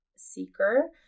seeker